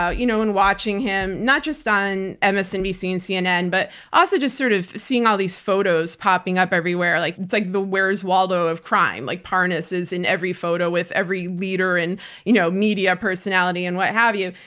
ah you know in watching him not just on msnbc and cnn, but also just sort of seeing all these photos popping up everywhere. like it's like the where's waldo of crime. like, parnas is in every photo with every leader and you know media personality and what have you.